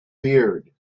beard